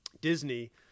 Disney